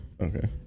Okay